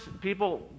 people